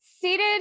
Seated